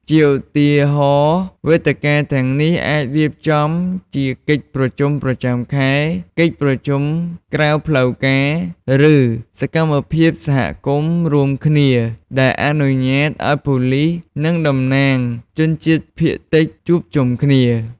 ជាឧទាហរណ៍ វេទិកាទាំងនេះអាចរៀបចំជាកិច្ចប្រជុំប្រចាំខែ កិច្ចប្រជុំក្រៅផ្លូវការ ឬសកម្មភាពសហគមន៍រួមគ្នា ដែលអនុញ្ញាតឲ្យប៉ូលិស និងតំណាងជនជាតិភាគតិចជួបជុំគ្នា។